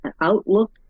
outlook